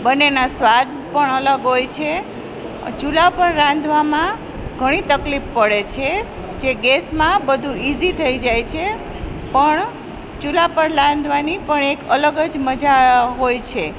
બનેનાં સ્વાદ પણ અલગ હોય છે ચૂલા પર રાંધવામાં ઘણી તકલીફ પડે છે જે ગેસમાં બધુ ઈઝી થઈ જાય છે પણ ચૂલા પર રાંધવાની પણ એક અલગ જ મજા હોય છે